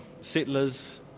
settlers